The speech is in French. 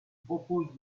propose